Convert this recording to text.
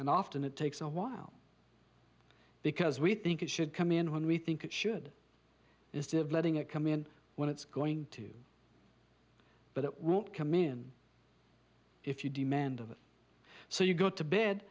and often it takes a while because we think it should come in when we think it should instead of letting it come in when it's going to but it won't come in if you demand of so you go to bed